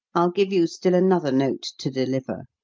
i'll give you still another note to deliver.